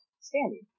standing